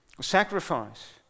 sacrifice